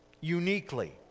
uniquely